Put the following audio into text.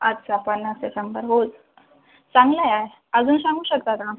अच्छा पन्नास ते शंभर होल चांगले आहे अजून सांगू शकता का